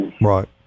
right